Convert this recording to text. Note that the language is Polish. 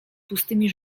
pustymi